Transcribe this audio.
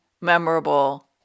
Memorable